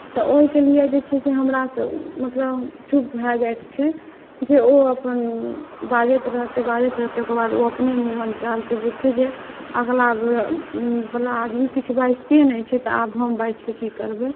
तऽ ओहिकेलिए जे छै से हमरासब मतलब चुप भऽ जाइके छै जे ओ अपन बाजैत रहतै बाजैत रहतै ओकर बाद ओ अपने मुँह बन्द कऽ लेतै बुझतै जे अगिलावला आदमी किछु बाजितै नहि छै तऽ आब हम बाजिकऽ की करबै